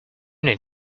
need